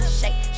shake